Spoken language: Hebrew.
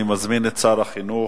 אני מזמין את שר החינוך,